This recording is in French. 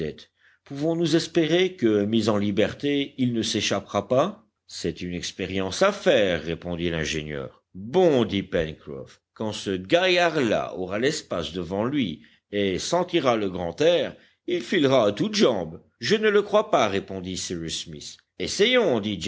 pouvons-nous espérer que mis en liberté il ne s'échappera pas c'est une expérience à faire répondit l'ingénieur bon dit pencroff quand ce gaillard-là aura l'espace devant lui et sentira le grand air il filera à toutes jambes je ne le crois pas répondit cyrus smith essayons